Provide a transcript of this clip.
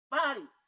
body